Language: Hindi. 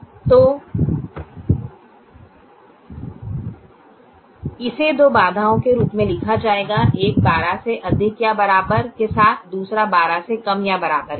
तोइसे दो बाधाओं के रूप में लिखा जाएगा एक 12 से अधिक या बराबर के साथ दूसरा 12 से कम या बराबर के साथ